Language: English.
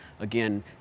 Again